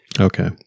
Okay